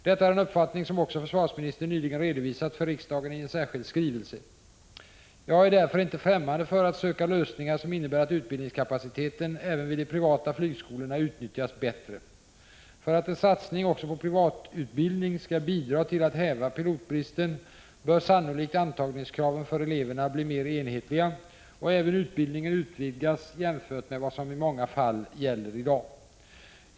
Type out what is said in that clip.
Detta är en uppfattning som också försvarsministern nyligen redovisat för riksdagen i en särskild skrivelse. Jag är därför inte främmande för att söka lösningar som innebär att utbildningskapaciteten även vid de privata flygskolorna utnyttjas bättre. För att en satsning också på privatutbildning skall bidra till att häva pilotbristen bör sannolikt antagningskraven för eleverna bli mer enhetliga och även utbildningen utvidgas jämfört med vad som i många fall gäller i dag.